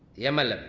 yaman